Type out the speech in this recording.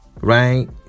right